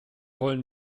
wollen